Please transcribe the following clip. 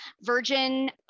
Virgin